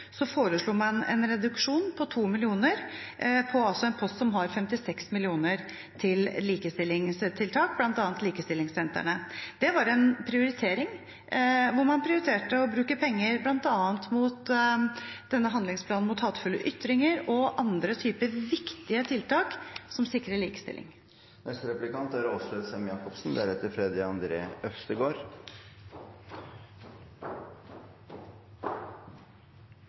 foreslo man en reduksjon på 2 mill. kr på en post som har 56 mill. kr til likestillingstiltak, bl.a. likestillingssentrene. Det var en prioritering hvor man prioriterte å bruke penger på bl.a. handlingsplanen mot hatefulle ytringer og andre typer viktige tiltak som sikrer likestilling.